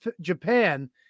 Japan